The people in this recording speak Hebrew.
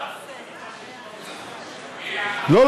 לא,